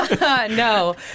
No